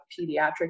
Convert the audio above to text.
pediatric